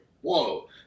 whoa